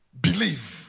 believe